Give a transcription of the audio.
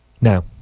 Now